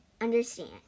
understand